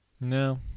no